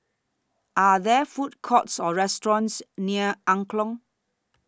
Are There Food Courts Or restaurants near Jalan Angklong